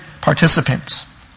participants